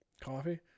coffee